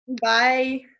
Bye